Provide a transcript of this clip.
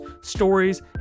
stories